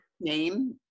name